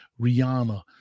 Rihanna